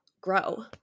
grow